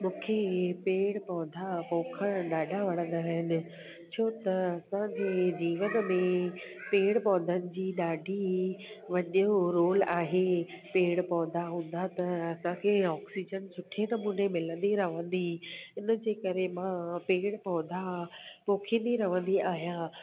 मूंखे पेड़ पौधा पोखण ॾाढा वणंदा आहिनि छो त असांजे जीवन में पेड़ पौधनि जी ॾाढी वॾो रोल आहे पेड़ पौधा हूंदा त असांखे ऑक्सिजन सुठे नमूने मिलंदी रहंदी इनजे करे मां पेड़ पौधा पोखींदी रहंदी आहियां